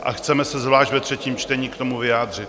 A chceme se zvlášť ve třetím čtení k tomu vyjádřit.